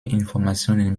informationen